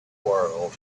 world